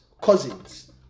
cousins